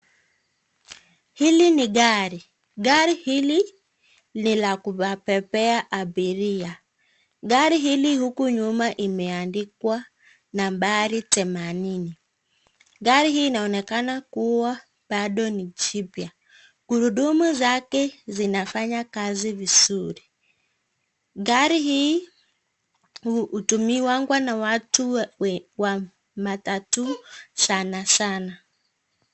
Hili ni gari. Gari hili ni la kuwabebea abiria. Gari hili huku nyuma imeandikwa nambari temanini. Gari hii inaonekana kuwa bado ni jipya. Gurudumu zake zinafanya kazi vizuri. Gari hii hutumiwangwa na watu wa matatu sana sana.